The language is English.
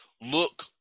look